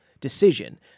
decision